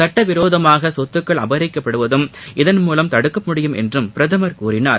சட்டவிரோதமாக சொத்துக்கள் அபகரிக்கப்படுவதும் இதன்மூலம் தடுக்கமுடியும் என்றும் பிரதமர் கூறினார்